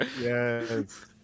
Yes